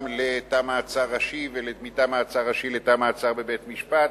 לתא מעצר ראשי ומתא מעצר ראשי לתא מעצר בבית-משפט,